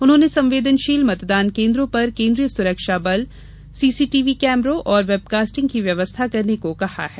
उन्होंने संवेदनशील मतदान केन्द्रों पर केन्द्रीय सुरक्षा बल सीसीटीव्ही कैमरों और वेबकास्टिंग की व्यवस्था करने को कहा है